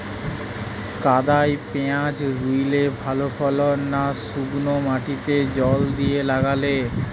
কাদায় পেঁয়াজ রুইলে ভালো ফলন না শুক্নো মাটিতে জল দিয়ে লাগালে?